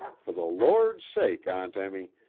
for the lord's sake, aunt emmy,